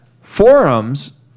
forums